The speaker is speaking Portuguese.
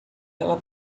ela